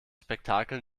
spektakel